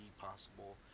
possible